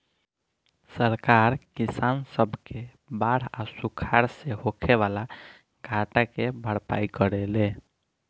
सरकार किसान सब के बाढ़ आ सुखाड़ से होखे वाला घाटा के भरपाई करेले